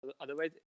Otherwise